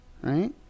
right